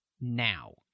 now